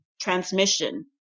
transmission